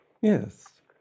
Yes